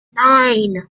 nine